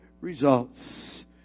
results